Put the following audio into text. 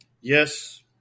yes